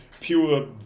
pure